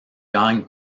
gagne